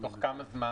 תוך כמה זמן?